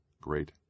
Great